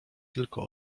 tylko